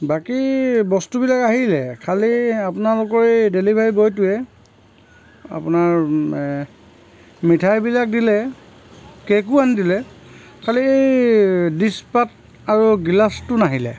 বাকী বস্তুবিলাক আহিলে খালী আপোনালোকৰ এই ডেলিভাৰী বয়টোৱে আপোনাৰ এ মিঠাইবিলাক দিলে কেকো আনি দিলে খালী এই ডিছপাত আৰু গিলাছটো নাহিলে